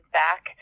back